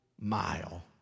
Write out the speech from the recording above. mile